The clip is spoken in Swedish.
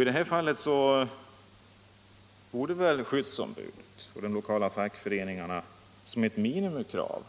I det här fallet borde skyddsombuden och de lokala fackföreningarna ha som minimikrav